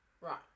Right